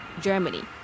Germany